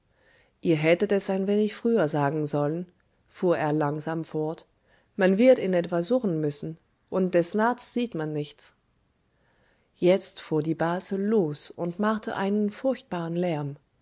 ihr hättet es ein wenig früher sagen sollen fuhr er langsam fort man wird ihn etwa suchen müssen und des nachts sieht man nichts jetzt fuhr die base los und machte einen furchtbaren lärm